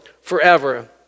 forever